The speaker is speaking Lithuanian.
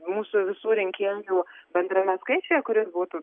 mūsų visų rinkėjų bendrame skaičiuje kuris būtų